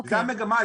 זו המגמה,